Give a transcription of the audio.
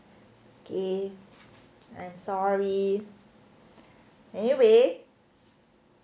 okay I'm sorry anyway